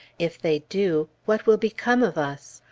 if they do, what will become of us?